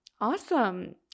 Awesome